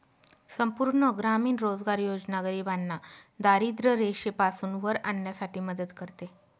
संपूर्ण ग्रामीण रोजगार योजना गरिबांना दारिद्ररेषेपासून वर आणण्यासाठी मदत करते